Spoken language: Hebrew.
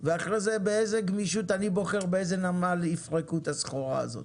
ובאיזו גמישות אני בוחר באיזה נמל יפרקו את הסחורה הזאת,